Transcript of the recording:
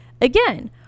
Again